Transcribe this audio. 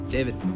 David